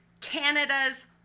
Canada's